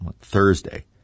Thursday